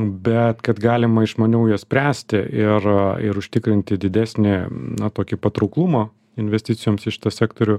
bet kad galima išmaniau jas spręsti ir ir užtikrinti didesnį na tokį patrauklumą investicijoms į šitą sektorių